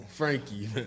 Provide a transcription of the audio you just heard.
Frankie